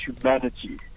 humanity